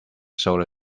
solar